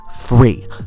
free